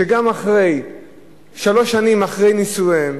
שגם שלוש שנים אחרי נישואיהם,